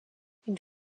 une